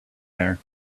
there